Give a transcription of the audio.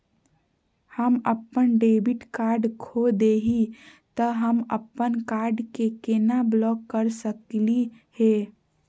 हम अपन debit card खो दे ही, त हम अप्पन कार्ड के केना ब्लॉक कर सकली हे?